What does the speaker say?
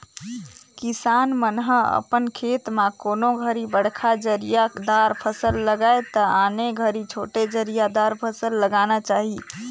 किसान मन ह अपन खेत म कोनों घरी बड़खा जरिया दार फसल लगाये त आने घरी छोटे जरिया दार फसल लगाना चाही